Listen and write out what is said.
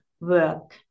work